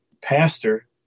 pastor